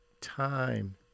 time